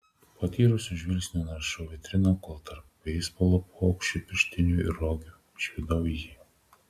patyrusiu žvilgsniu naršiau vitriną kol tarp beisbolo blokštų pirštinių ir rogių išvydau jį